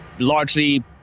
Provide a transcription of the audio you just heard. largely